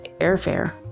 airfare